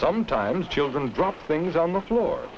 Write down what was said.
sometimes children drop things on the floor